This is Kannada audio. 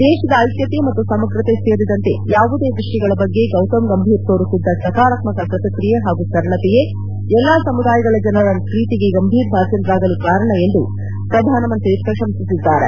ದೇಶದ ಐಕ್ಕತೆ ಹಾಗು ಸಮಗ್ರತೆ ಸೇರಿದಂತೆ ಯಾವುದೇ ವಿಷಯಗಳ ಬಗ್ಗೆ ಗೌತಮ್ ಗಂಭೀರ್ ತೋರುತ್ತಿದ್ದ ಸಕರಾತ್ಮಕ ಪ್ರತಿಕ್ರಿಯೆ ಹಾಗು ಸರಳತೆಯೇ ಎಲ್ಲಾ ಸಮುದಾಯಗಳ ಜನರ ಪ್ರೀತಿಗೆ ಗಂಭೀರ್ ಭಾಜನರಾಗಲು ಕಾರಣ ಎಂದು ಪ್ರಧಾನಮಂತ್ರಿ ಪ್ರಶಂಸಿಸಿದ್ದಾರೆ